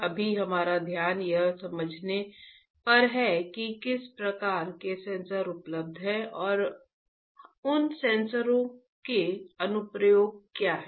अभी हमारा ध्यान यह समझने पर है कि किस प्रकार के सेंसर उपलब्ध हैं और उन सेंसरों के अनुप्रयोग क्या है